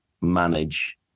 manage